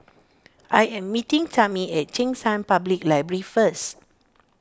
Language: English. I am meeting Tami at Cheng San Public Library first